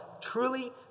truly